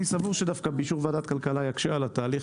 אני סבור שדווקא באישור ועדת הכלכלה יקשה על התהליך